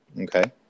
Okay